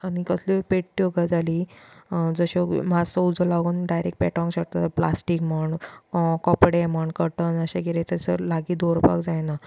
आनी कसल्योय पेडट्यो गजाली जश्यो मात्सो उजो लागोन डायरेंक्ट पेटोंक शकता प्लास्टीक म्हण कोपडे म्हण कर्टन अशें करें थंयलॉसर लागीं दवरपाक जायना